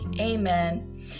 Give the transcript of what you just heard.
amen